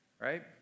right